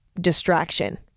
distraction